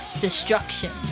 destruction